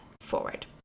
Forward